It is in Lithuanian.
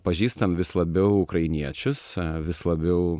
pažįstam vis labiau ukrainiečius vis labiau